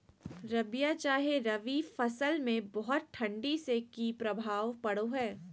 रबिया चाहे रवि फसल में बहुत ठंडी से की प्रभाव पड़ो है?